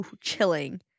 chilling